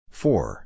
four